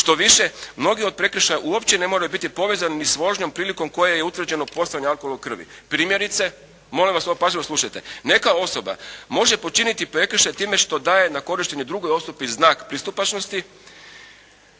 Što više, mnogi od prekršaja uopće ne moraju biti povezani ni s vožnjom prilikom koje je utvrđeno postojanje alkohola u krvi, primjerice molim vas ovo pažljivo slušajte. Neka osoba može počiniti prekršaj time što daje na korištenje drugoj osobi znak pristupačnosti